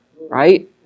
right